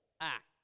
act